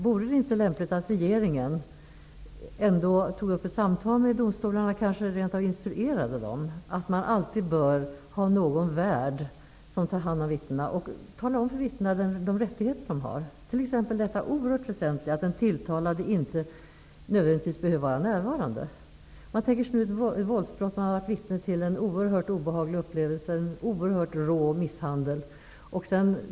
Vore det inte lämpligt att regeringen ändå tog upp samtal med domstolarna och kanske rent av instruerade dem om att de alltid bör ha någon värd som talar om för vittnena vilka rättigheter som de har, t.ex. det oerhört väsentliga att den tilltalade inte nödvändigtvis behöver vara närvarande. Man kan tänka sig t.ex. att någon har varit vittne till ett våldsbrott, vilket är en oerhört obehaglig upplevelse, en oerhört rå misshandel.